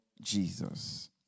Jesus